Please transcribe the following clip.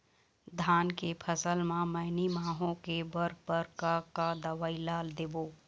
धान के फसल म मैनी माहो के बर बर का का दवई ला देबो?